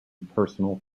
personal